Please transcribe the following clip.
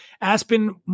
Aspen